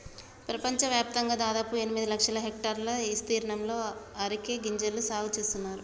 పెపంచవ్యాప్తంగా దాదాపు ఎనిమిది లక్షల హెక్టర్ల ఇస్తీర్ణంలో అరికె గింజల సాగు నేస్తున్నారు